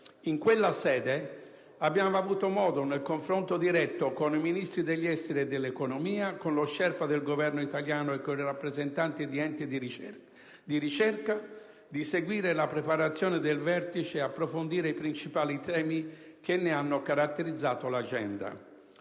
in quella sede, abbiamo avuto modo, nel confronto diretto con i Ministri degli affari esteri e dell'economia, con lo *sherpa* del Governo italiano e con i rappresentanti di enti di ricerca, di seguire la preparazione del vertice e approfondire i principali temi che ne hanno caratterizzato l'agenda.